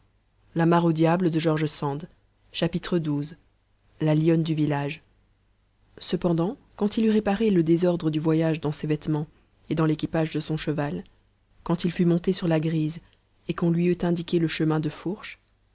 xii la lionne du village cependant quand il eut réparé le désordre du voyage dans ses vêtements et dans l'équipage de son cheval quand il fut monté sur la grise et qu'on lui eut indiqué le chemin de fourche